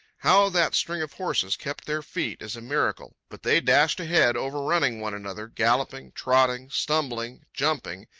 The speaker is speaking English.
how that string of horses kept their feet is a miracle but they dashed ahead, over-running one another, galloping, trotting, stumbling, jumping,